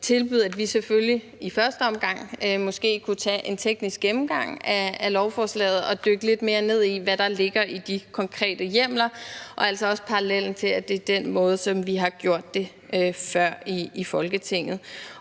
tilbyde, at vi – i første omgang selvfølgelig – måske kunne tage en teknisk gennemgang af lovforslaget og dykke lidt mere ned i, hvad der ligger i de konkrete hjemler, altså som en parallel til den måde, vi før har gjort det på i Folketinget.